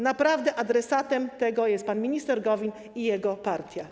Naprawdę adresatem tego jest pan minister Gowin i jego partia.